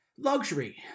Luxury